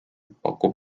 pakub